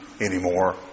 anymore